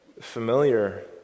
familiar